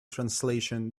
translation